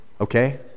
Okay